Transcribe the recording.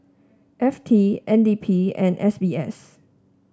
F T N D P and S B S